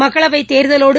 மக்களவைத் தேர்தலோடு